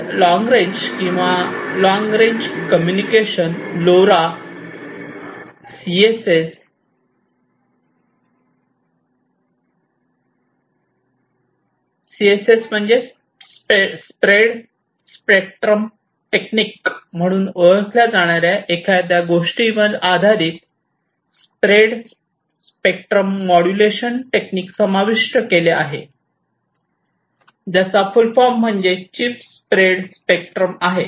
तर long range किंवा long range communication एलओआरएने CSS CSS spread spectrum technique म्हणून ओळखल्या जाणार्या एखाद्या गोष्टीवर आधारित स्प्रेड स्पेक्ट्रम मॉड्युलेशन टेक्निक समाविष्ट केले आहे ज्याचे फुल फॉर्म म्हणजे चिप स्प्रेड स्पेक्ट्रम आहे